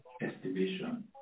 estimation